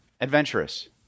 adventurous